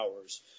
hours